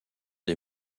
des